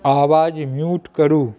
आवाज म्यूट करू